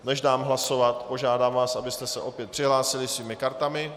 Než dám hlasovat, požádám vás, abyste se opět přihlásili svými kartami.